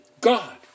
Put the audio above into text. God